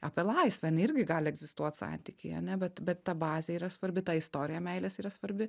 apie laisvę jinai irgi gali egzistuot santykyje ar ne bet bet ta bazė yra svarbi ta istorija meilės yra svarbi